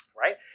Right